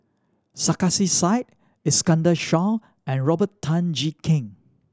Sarkasi Said Iskandar Shah and Robert Tan Jee Keng